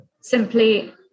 simply